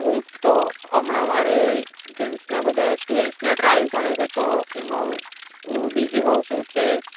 હું તો હમણાં મારે ગેમ્સના બધા સ્ટુડન્ટ્સના ટ્રાયલ ચાલે છે તો એમાં હું હું બીઝી હોઉં છું એટલે